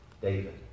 David